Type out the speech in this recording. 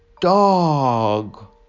dog